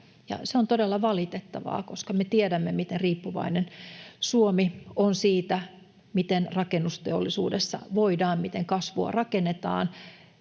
Se on todella valitettavaa, koska me tiedämme, miten riippuvainen Suomi on siitä, miten rakennusteollisuudessa voidaan, miten kasvua rakennetaan.